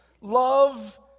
Love